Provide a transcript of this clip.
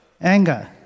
anger